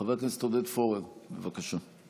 חבר הכנסת עודד פורר, בבקשה.